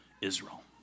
Israel